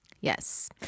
Yes